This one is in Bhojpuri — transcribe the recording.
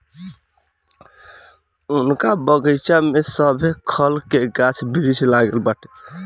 उनका बगइचा में सभे खल के गाछ वृक्ष लागल बाटे